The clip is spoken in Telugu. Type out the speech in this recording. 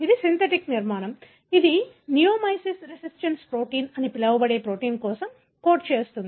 ఇది సింథటిక్ నిర్మాణం ఇది నియోమైసిన్ రెసిస్టెన్స్ ప్రోటీన్ అని పిలువబడే ప్రోటీన్ కోసం కోడ్ చేస్తుంది